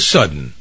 Sudden